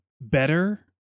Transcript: better